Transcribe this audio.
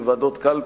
אני